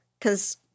because-